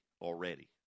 already